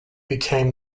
became